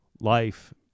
life